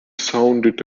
sounded